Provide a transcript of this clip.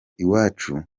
iwacu